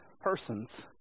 persons